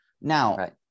Now